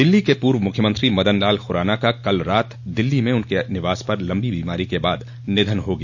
दिल्ली के पूर्व मुख्यमंत्री मदनलाल खुराना का कल रात दिल्ली में उनके निवास पर लंबी बीमारी के बाद निधन हो गया